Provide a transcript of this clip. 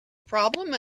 problem